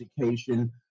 education